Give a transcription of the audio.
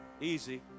easy